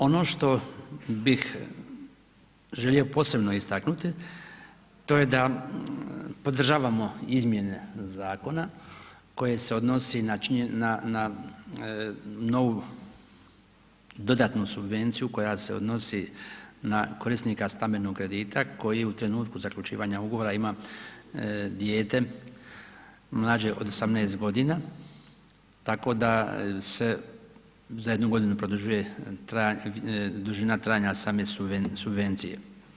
Ono što bih želio posebno istaknuti to je da podržavamo izmjene zakona koje se odnose na novu dodatnu subvenciju koja se odnosi na korisnika stambenog kredita koji u trenutku zaključivanja ugovora ima dijete mlađe od 18 g. tako da se za jednu godinu produžuje dužina trajanja same subvencije.